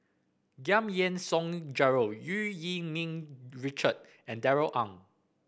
Giam Yean Song Gerald Eu Yee Ming Richard and Darrell Ang